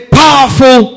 powerful